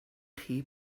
chi